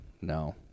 No